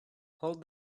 hold